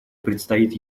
предстоит